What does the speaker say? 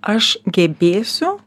aš gebėsiu